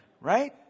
right